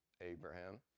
Abraham